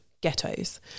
ghettos